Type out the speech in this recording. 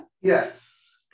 Yes